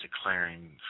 declaring